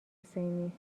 حسینی